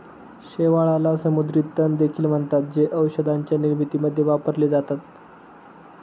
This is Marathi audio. शेवाळाला समुद्री तण देखील म्हणतात, जे औषधांच्या निर्मितीमध्ये वापरले जातात